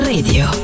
Radio